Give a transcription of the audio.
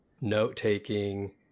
note-taking